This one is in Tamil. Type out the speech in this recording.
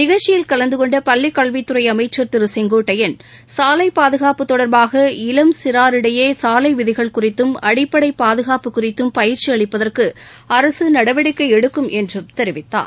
நிகழ்ச்சியில் கலந்து கொண்ட பள்ளிக் கல்வித்துறை அமைச்ச் திரு செங்கோட்டையன் சாலை பாதுகாப்பு தொடர்பாக இளம் சிறாரிடையே சாலை விதிகள் குறித்தும் அடிப்படை பாதுகாப்பு குறித்தும் பயிற்சி அளிப்பதற்கு அரசு நடவடிக்கை எடுக்கும் என்றும் தெரிவித்தார்